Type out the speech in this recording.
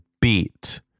beat